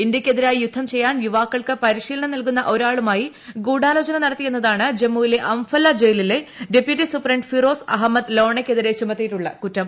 ഇന്ത്യയ്ക്കെതിരായി യുദ്ധം ചെയ്യാൻ യൂവാക്കൾക്ക് പരിശീലനം നൽകുന്ന ഒരാളുമായി ഗൂഢാലോചന നടത്തി എന്നതാണ് ജമ്മുവിലെ അംഫല്ല ജയിലിലെ ഡപ്യൂട്ടി സൂപ്രണ്ട് ഫിറോസ് അഹമ്മദ് ലോണയ്ക്കെതിരെ ചുമത്തിയിട്ടുള്ള കുറ്റും